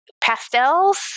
pastels